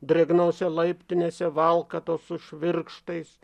drėgnose laiptinėse valkatos su švirkštais